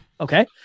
Okay